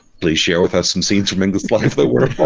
please share with us some scenes from english life that were